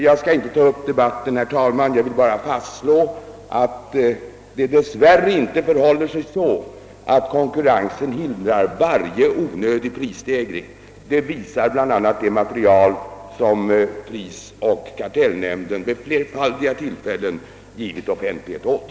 Jag skall inte nu debattera detta utan vill bara fastslå, att det dess värre inte förhåller sig så, att konkurrensen hindrar varje onödig prisstegring, vilket klart framgår bl.a. av det material som prisoch kartellnämnden vid flerfaldiga tillfällen givit offentlighet åt.